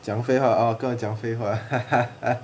讲废话 orh 跟我讲废话